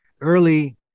early